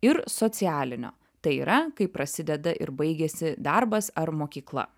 ir socialinio tai yra kai prasideda ir baigiasi darbas ar mokykla